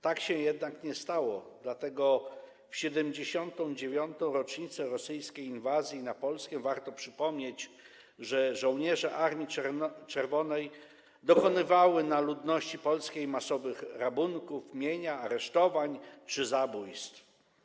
Tak się jednak nie stało, dlatego w 79. rocznicę rosyjskiej inwazji na Polskę warto przypomnieć, że żołnierze Armii Czerwonej dokonywali na ludności polskiej masowych rabunków mienia, aresztowań czy zabójstw.